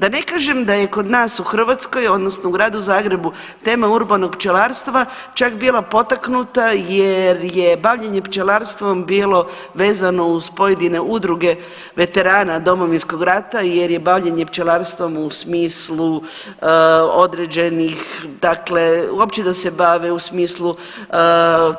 Da ne kažem da je kod nas u Hrvatskoj, odnosno u gradu Zagrebu tema urbanog pčelarstva čak bila potaknuta jer je bavljenje pčelarstvom bilo vezano uz pojedine udruge veterana Domovinskog rata, jer je bavljenje pčelarstvom u smislu određenih, dakle uopće da se bave u smislu